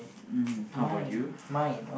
um how about you